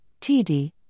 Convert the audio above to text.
TD